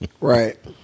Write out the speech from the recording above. Right